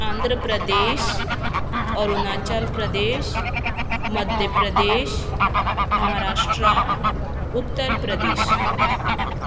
Andhra Pradesh Arunachal Pradesh Madhya Pradesh Maharashtra Uttar Pradesh